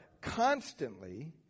constantly